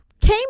came